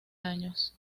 años